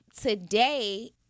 today